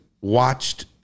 watched